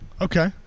okay